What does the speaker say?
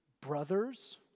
Brothers